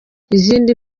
izindi